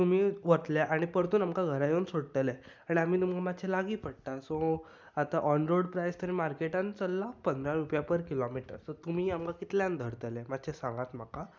तुमी व्हरतले आनी परतून आमकां घरा येवन सोडटले आनी आमी तुमकां मातशे लागी पडटा सो आतां ऑन रोड प्रायस तरी मार्केटान चल्लां पंदरा रुपया पर किलोमिटर सो तुमी आमकां कितल्यान धरतले मातशे सांगात म्हाका